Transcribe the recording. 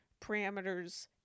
parameters